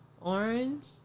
orange